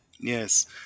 Yes